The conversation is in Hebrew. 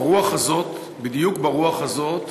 ברוח הזאת, בדיוק ברוח הזאת,